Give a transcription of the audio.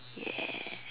ya